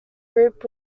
group